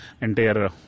entire